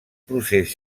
procés